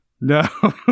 No